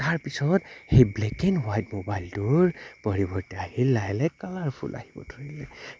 তাৰপিছত সেই black and white মোবাইলটোৰ পৰিৱৰ্তে আহিল লাহে লাহে কালাৰফুল আহিব ধৰিলে